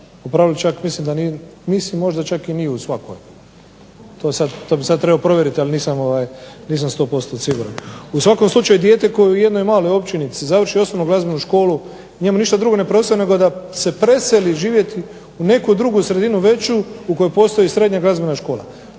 U pravilu čak mislim da nisu možda čak ni u svakoj. To bi sad trebao provjerit, ali nisam 100% siguran. U svakom slučaju dijete koje u jednoj maloj općinici završi osnovnu glazbenu školu njemu ništa drugo ne preostaje nego da se preseli živjeti u neku drugu sredinu veću u kojoj postoji srednja glazbena škola